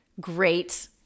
great